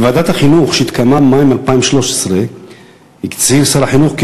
בישיבת ועדת החינוך שהתקיימה במאי 2013 ציין שר החינוך כי